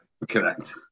Correct